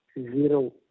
zero